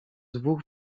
dwóch